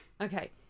Okay